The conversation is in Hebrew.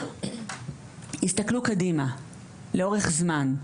יסתכלו קדימה לאורך זמן.